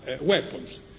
weapons